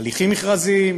הליכים מכרזיים,